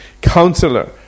Counselor